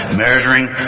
measuring